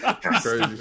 crazy